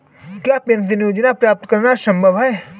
क्या पेंशन योजना प्राप्त करना संभव है?